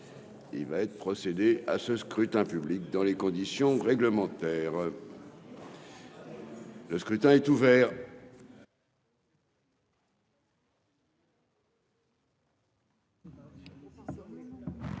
Il va être procédé à ce scrutin public dans les conditions réglementaires. Ah, l'ONU. Le scrutin est ouvert.